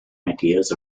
ideas